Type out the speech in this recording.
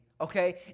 Okay